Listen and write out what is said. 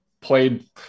played